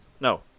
No